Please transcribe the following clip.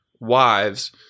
wives